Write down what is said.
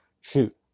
shoot